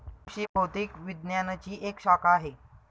कृषि भौतिकी विज्ञानची एक शाखा आहे